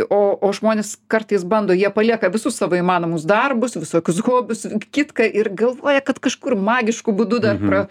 o o žmonės kartais bando jie palieka visus savo įmanomus darbus visokius hobius kitką ir galvoja kad kažkur magišku būdu dar pra